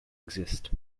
exist